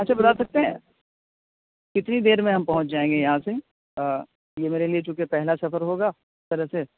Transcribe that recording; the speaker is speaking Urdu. اچھا بتا سکتے ہیں کتنی دیر میں ہم پہنچ جائیں گے یہاں سے یہ میرے لیے چوںکہ پہلا سفر ہوگا اس طرح سے